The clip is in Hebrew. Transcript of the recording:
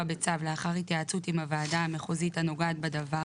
בצו לאחר התייעצות עם הוועדה המחוזית הנוגעת בדבר,